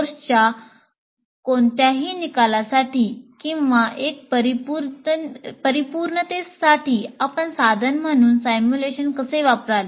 कोर्सच्या कोणत्याही निकालासाठी किंवा एक परिपूर्णतेसाठी आपण साधन म्हणून सिम्युलेशन कसे वापराल